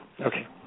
Okay